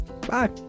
Bye